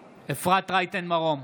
בעד אפרת רייטן מרום,